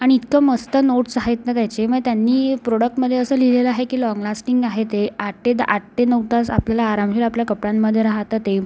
आणि इतकं मस्त नोट्स आहेत ना त्याचे मग त्यांनी प्रोडक्टमध्ये असं लिहिलेलं आहे की लाँग लास्टिंग आहे ते आठ ते द आठ ते नऊ तास आपल्याला आराम होईल आपल्या कपड्यांमध्ये राहतं ते